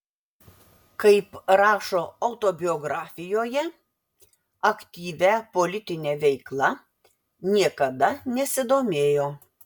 kaip rašo autobiografijoje aktyvia politine veikla niekada nesidomėjo